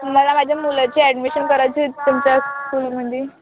मला माझ्या मुलाची ॲडमिशन करायची होती तुमच्या स्कूलमध्ये